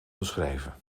geschreven